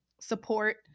support